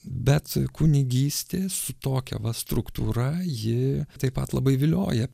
bet kunigystė su tokia va struktūra ji taip pat labai vilioja